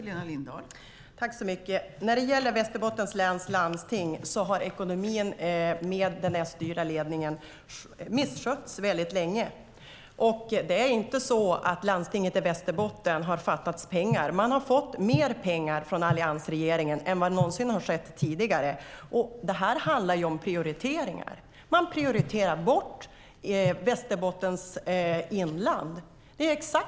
Fru talman! När det gäller Västerbottens läns landsting har ekonomin länge misskötts av den S-styrda ledningen. Det har inte fattats pengar för landstinget i Västerbotten. De har fått mer pengar av alliansregeringen än de någonsin fått tidigare. Det handlar om prioriteringar. Man prioriterar bort Västerbottens inland.